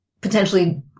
potentially